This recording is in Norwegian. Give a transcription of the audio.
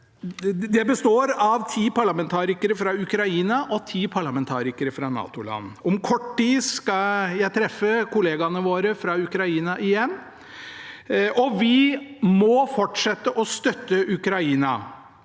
Det består av ti parlamentarikere fra Ukraina og ti parlamentarikere fra NATO-land. Om kort tid skal jeg treffe kollegaene våre fra Ukraina igjen. Vi må fortsette å støtte Ukraina